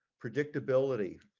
predictability